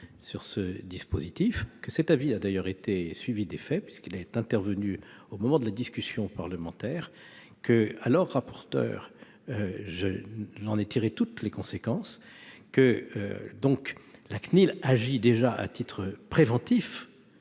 sur le dispositif. Cet avis a d'ailleurs été suivi d'effet, puisqu'il est intervenu au moment de la discussion parlementaire. En tant que rapporteur, j'en ai tiré toutes les conséquences. La CNIL agit donc déjà à titre préventif